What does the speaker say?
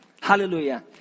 Hallelujah